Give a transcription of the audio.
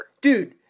Dude